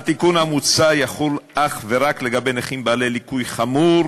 התיקון המוצע יחול אך ורק על נכים עם ליקוי חמור,